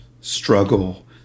struggle